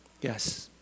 Yes